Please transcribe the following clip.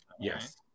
Yes